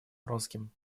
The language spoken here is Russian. вронским